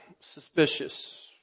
suspicious